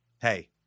Hey